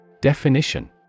Definition